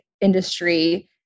industry